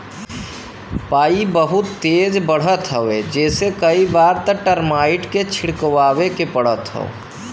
पई बहुते तेज बढ़त हवे जेसे कई बार त टर्माइट के छिड़कवावे के पड़त हौ